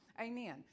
Amen